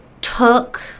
took